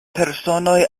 personoj